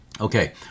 Okay